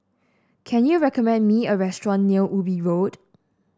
can you recommend me a restaurant near Ubi Road